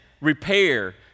repair